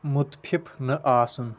مُتفِف نہٕ آسُن